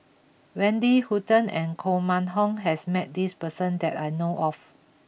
Wendy Hutton and Koh Mun Hong has met this person that I know of